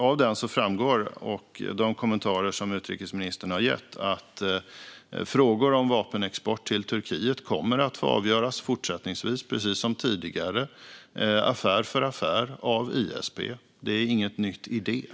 Av den och de kommentarer som utrikesministern har gett framgår att frågor om vapenexport till Turkiet fortsättningsvis kommer att få avgöras, precis som tidigare, affär för affär av ISP. Det är inget nytt i det.